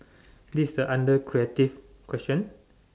this is a under creative question